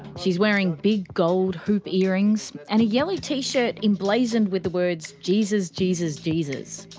she's wearing big gold hoop ear-rings, and a yellow t-shirt emblazoned with the words jesus, jesus, jesus'.